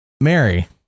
Mary